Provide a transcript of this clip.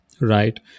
right